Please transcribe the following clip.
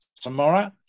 Tomorrow